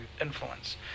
influence